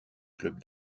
club